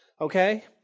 okay